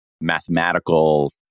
mathematical